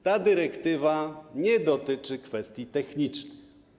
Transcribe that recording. Ta dyrektywa nie dotyczy kwestii technicznych.